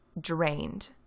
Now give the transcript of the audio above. drained